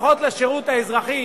לפחות השירות האזרחי